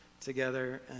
together